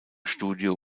studio